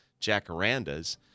jacarandas